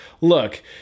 look